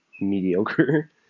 mediocre